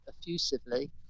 effusively